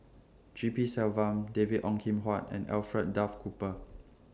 G P Selvam David Ong Kim Huat and Alfred Duff Cooper